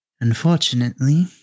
Unfortunately